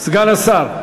סגן השר,